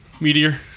meteor